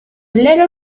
letter